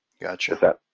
Gotcha